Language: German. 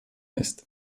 ist